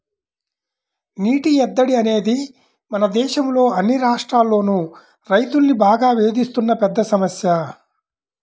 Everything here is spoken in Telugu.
నీటి ఎద్దడి అనేది మన దేశంలో అన్ని రాష్ట్రాల్లోనూ రైతుల్ని బాగా వేధిస్తున్న పెద్ద సమస్య